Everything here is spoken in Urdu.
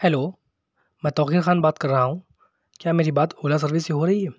ہیلو میں توقیر خان بات کر رہا ہوں کیا میری بات اولا سروس سے ہو رہی ہے